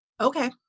Okay